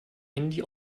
handy